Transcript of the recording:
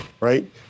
right